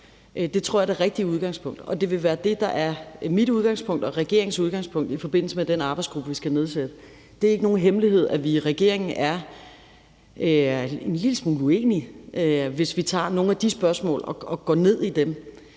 som sådan, er det rigtige udgangspunkt. Det vil være det, der er mit udgangspunkt og regeringens udgangspunkt i forbindelse med den arbejdsgruppe, vi skal nedsætte. Det er ikke nogen hemmelighed, at vi i regeringen er en lille smule uenige, hvis vi tager nogle af de spørgsmål og går ned i dem,